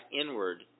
inward